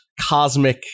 cosmic